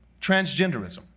transgenderism